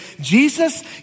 Jesus